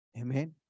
Amen